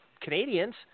Canadians –